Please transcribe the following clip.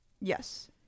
Yes